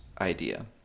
idea